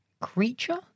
Creature